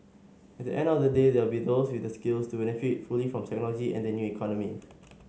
at the end of the day there will be those with the skills to benefit fully from technology and the new economy